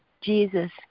Jesus